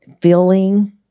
feeling